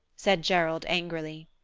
said gerald angrily.